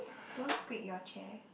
don't squeak your chair